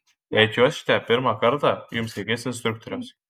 jei čiuošite pirmą kartą jums reikės instruktoriaus